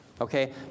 Okay